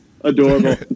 adorable